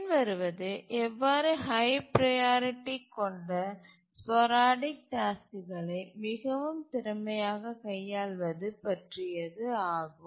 பின்வருவது எவ்வாறு high priority கொண்ட ஸ்போரடிக் டாஸ்க்குகளை மிகவும் திறமையாகக் கையாள்வது பற்றியது ஆகும்